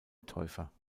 täufer